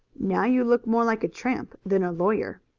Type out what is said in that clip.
now you look more like a tramp than a lawyer.